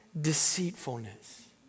deceitfulness